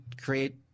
create